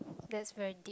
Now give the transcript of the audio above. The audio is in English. that's very deep